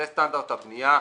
זה סטנדרט הבנייה.